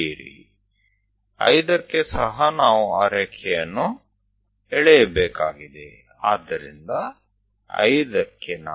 4 પાસે પણ દોરો 5 પાસે પણ આપણે તે લીટી દોરવી પડશે